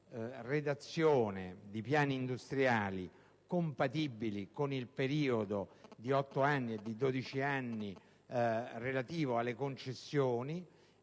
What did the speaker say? redazione di piani industriali compatibili con il periodo di 8 e 12 anni relativo alle concessioni